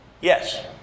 Yes